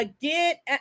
get